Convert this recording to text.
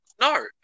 No